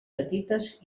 petites